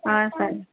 ହଁ ସାର୍